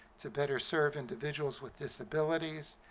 to better serve individuals with disabilities,